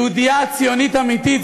אני אומר: חברתי היא יהודייה ציונית אמיתית,